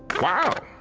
wow,